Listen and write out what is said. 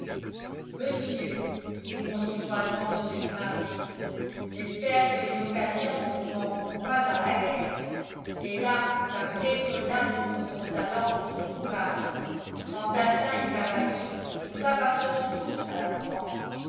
monsieur répondit froidement mr du marnet j'espère que les occasions ne vous manqueront pas à la guerre c'est là qu'un vrai soldat montre son talent et son courage fantassins et cavaliers nous appartenons tous à la france